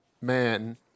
man